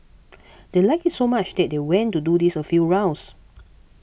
they liked it so much that they went to do this a few rounds